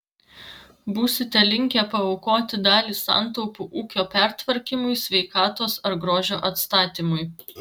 būsite linkę paaukoti dalį santaupų ūkio pertvarkymui sveikatos ar grožio atstatymui